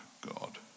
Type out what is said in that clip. God